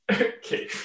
okay